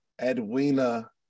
Edwina